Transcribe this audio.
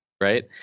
Right